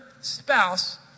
spouse